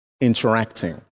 interacting